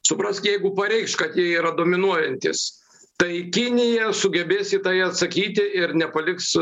suprask jeigu pareikš kad jie yra dominuojantys tai kinija sugebės į tai atsakyti ir nepaliks